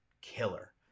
Killer